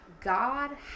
God